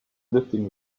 lifting